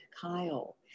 Kyle